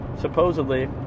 supposedly